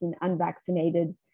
unvaccinated